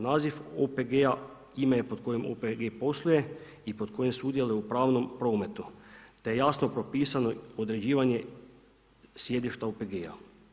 Naziv OPG-a ime je pod kojim OPG posluje i pod kojim sudjeluje u pravnom prometu, te je jasno propisano određivanje sjedišta OPG-a.